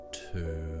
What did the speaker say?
two